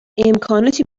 امکاناتی